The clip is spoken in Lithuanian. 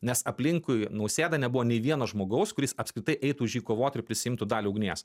nes aplinkui nausėdą nebuvo nei vieno žmogaus kuris apskritai eitų už jį kovot ir prisiimtų dalį ugnies